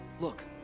Look